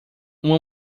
uma